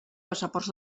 passaports